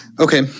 Okay